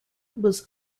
was